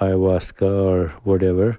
ayahuasca or whatever.